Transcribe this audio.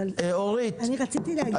אבל אני רציתי --- אורית,